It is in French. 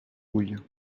houilles